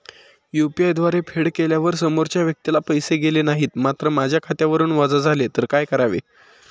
UPI द्वारे फेड केल्यावर समोरच्या व्यक्तीला पैसे गेले नाहीत मात्र माझ्या खात्यावरून वजा झाले तर काय करावे?